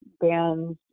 bands